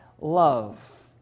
love